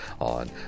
on